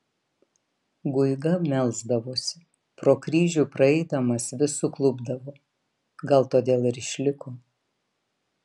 guiga melsdavosi pro kryžių praeidamas vis suklupdavo gal todėl ir išliko